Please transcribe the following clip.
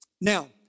Now